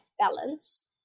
balance